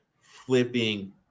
flipping